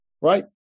right